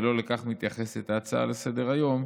ולא לכך מתייחסת ההצעה לסדר-היום,